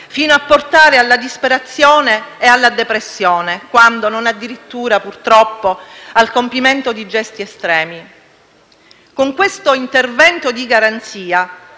fino a portare alla disperazione e alla depressione, quando non addirittura, purtroppo, al compimento di gesti estremi. Con questo intervento di garanzia,